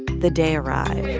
the day arrived